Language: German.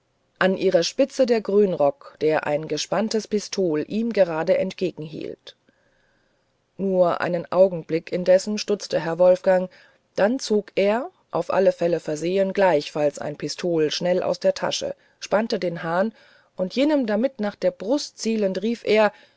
an ihrer spitze der grünrock der ein gespanntes pistol ihm gerade entgegenhielt nur einen augenblick indes stutzte herr wolfgang dann zog er auf alle fälle versehen gleichfalls ein pistol schnell aus der tasche spannte den hahn und jenem damit nach der brust zielend rief er